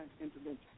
intervention